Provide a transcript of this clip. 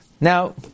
Now